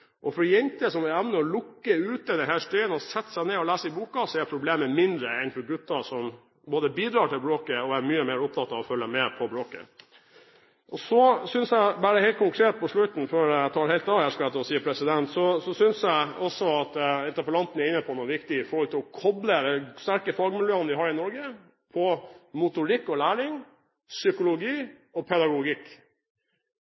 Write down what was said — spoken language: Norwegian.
og PISA-tester, at ro og orden er et problem. For jenter som evner å lukke dette ute og sette seg ned og lese i boken, er problemet mindre enn for gutter, som både bidrar til bråket og er mye mer opptatt av å følge med på bråket. Så synes jeg – bare helt konkret på slutten, før jeg tar helt av – at interpellanten er inne på noe viktig når det gjelder å koble de sterke fagmiljøene vi har i Norge på motorikk og læring, psykologi